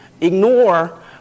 Ignore